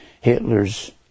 Hitler's